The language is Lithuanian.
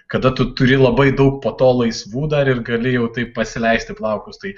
kada tu turi labai daug po to laisvų dar ir gali jau taip pasileisti plaukus tai